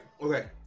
okay